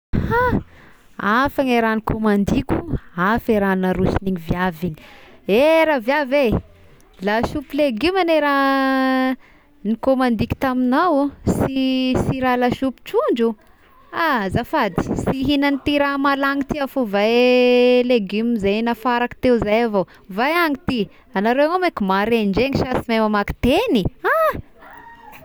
Ha, hafa ny raha ny kômandiko, hafa ny raha naroson'igny viavy igny, eeh raha viavy eh lasopy legume agne raha nikômandiko tamignao sy sy raha lasopy trondro, ah azafady sy hihigna an'ity raha malagny ty iaho fa hovay eh legume zay nafarako teo zay avao, hovay agny ity, anareo ako ma maregnindreny sa sy mahay mamaky tegny ha!